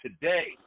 today